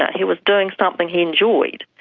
he was doing something he enjoyed.